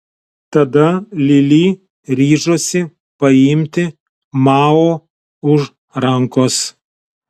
tada lili ryžosi paimti mao už rankos